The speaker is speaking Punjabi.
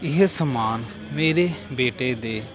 ਇਹ ਸਮਾਨ ਮੇਰੇ ਬੇਟੇ ਦੇ